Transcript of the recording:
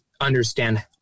understand